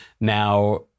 Now